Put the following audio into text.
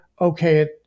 Okay